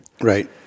Right